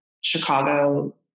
Chicago